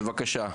בבקשה.